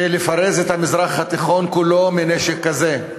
ולפרז את המזרח התיכון כולו מנשק כזה.